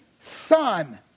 son